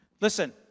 listen